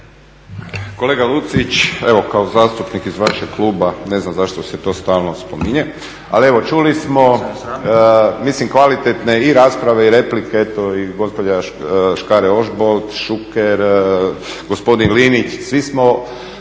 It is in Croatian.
Kolega Lucić evo kao zastupnik iz vašeg kluba, ne znam zašto se stalno spominje, ali evo čuli smo kvalitetne i rasprave i replike i gospođa Škare Ožbolt, Šuker, gospodin Linić svi smo